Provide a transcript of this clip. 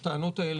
הטענות האלה,